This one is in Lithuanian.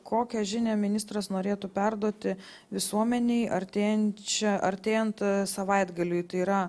kokią žinią ministras norėtų perduoti visuomenei artėjančią artėjant savaitgaliui tai yra